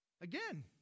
again